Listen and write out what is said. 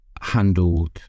handled